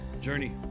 Journey